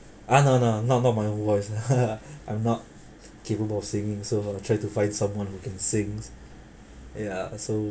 uh no no not not my voice I'm not capable of singing so I'll try to find someone who can sings ya so